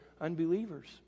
unbelievers